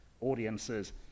audiences